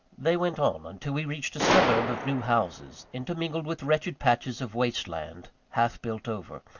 they went on, until we reached a suburb of new houses, intermingled with wretched patches of waste land, half built over.